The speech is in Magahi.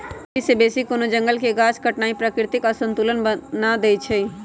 जरूरी से बेशी कोनो जंगल के गाछ काटनाइ प्राकृतिक असंतुलन बना देइछइ